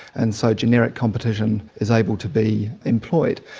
and so generic competition is able to be employed.